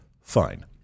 fine